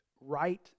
right